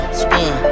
spin